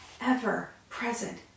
ever-present